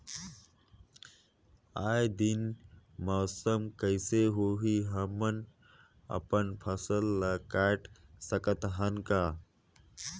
आय दिन मौसम कइसे होही, हमन अपन फसल ल काट सकत हन का?